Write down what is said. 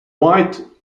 white